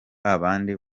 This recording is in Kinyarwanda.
babandi